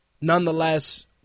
nonetheless